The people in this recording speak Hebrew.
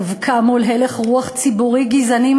דווקא מול הלך רוח ציבורי גזעני,